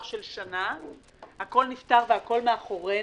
של שנה הכול נפתר והכול מאחורינו,